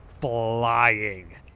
flying